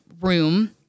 room